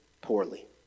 poorly